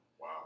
Wow